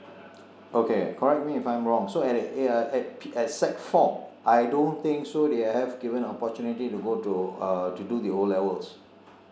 okay correct me if I'm wrong so at sec four I don't think so they are given the opportunity to go to uh to do the O levels